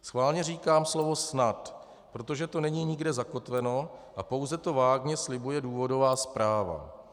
Schválně říkám slovo snad, protože to není nikde zakotveno a pouze to vágně slibuje důvodová zpráva.